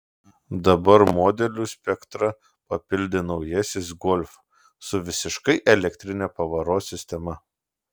dabar modelių spektrą papildė naujasis golf su visiškai elektrine pavaros sistema